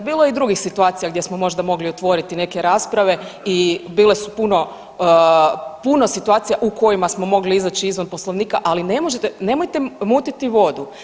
Bilo je i drugih situacija gdje smo možda mogli otvoriti neke rasprave i bile su puno, puno situacija u kojima smo mogli izaći izvan Poslovnika, ali nemojte mutiti vodu.